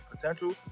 potential